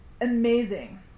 amazing